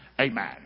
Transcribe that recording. amen